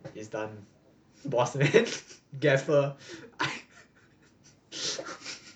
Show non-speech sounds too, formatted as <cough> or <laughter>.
it's done boss man gave her I <laughs>